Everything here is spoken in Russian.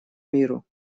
миру